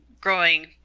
growing